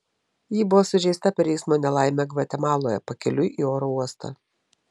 ji buvo sužeista per eismo nelaimę gvatemaloje pakeliui į oro uostą